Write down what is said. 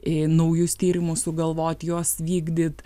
į naujus tyrimus sugalvoti juos vykdyt